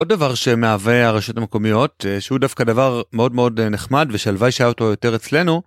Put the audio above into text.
עוד דבר שמהווה הרשות המקומיות, שהוא דווקא דבר מאוד מאוד נחמד ושהלוואי שהיה אותו יותר אצלנו.